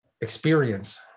experience